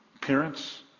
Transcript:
Parents